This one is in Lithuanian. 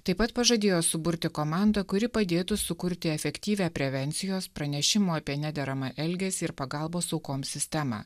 taip pat pažadėjo suburti komandą kuri padėtų sukurti efektyvią prevencijos pranešimo apie nederamą elgesį ir pagalbos aukoms sistemą